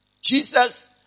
Jesus